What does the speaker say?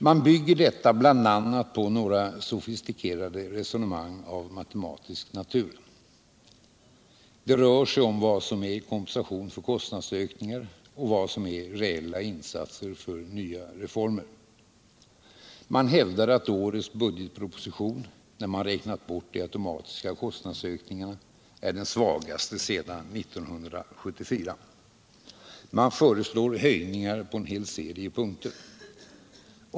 Man bygger detta bl.a. på några sofistikerade resonemang av matematisk natur. Det rör sig om vad som är kompensation för kostnadsökningar och vad som är reella insatser för nya reformer. Man hävdar att årets budgetproposition — när man räknat bort de automatiska kostnadsökningarna — är den svagaste sedan 1974. Man föreslår höjningar på en hel serie punkter.